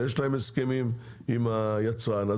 ויש להם הסכמים עם היצרן,